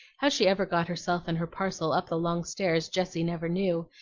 how she ever got herself and her parcel up the long stairs jessie never knew,